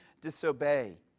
disobey